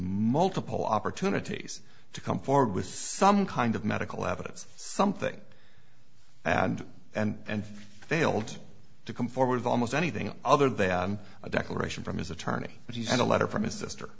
multiple opportunities to come forward with some kind of medical evidence something and and failed to come forward almost anything other than a declaration from his attorney and a letter from his sister